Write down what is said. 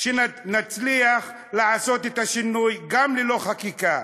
שנצליח לעשות את השינוי גם ללא חקיקה.